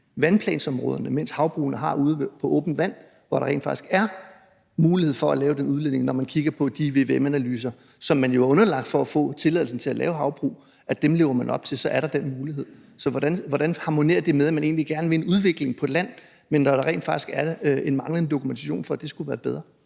vandplansområderne, mens havbrugene har det ude på åbent vand, hvor der rent faktisk er mulighed for at lave den udledning, når man kigger på de vvm-analyser, som man jo er underlagt for at få tilladelsen til at lave havbrug, altså at lever man op til dem, er der den mulighed. Hvordan harmonerer det med, at man egentlig gerne vil en udvikling på land, når der rent faktisk er en manglende dokumentation for, at det skulle være bedre?